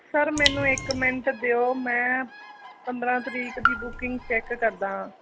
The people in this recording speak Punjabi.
ਸਰ ਮੈਨੂੰ ਇੱਕ ਮਿੰਟ ਦਿਓ ਮੈਂ ਪੰਦਰਾਂ ਤਰੀਕ ਦੀ ਬੁਕਿੰਗ ਚੈੱਕ ਕਰਦਾ